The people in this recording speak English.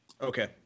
okay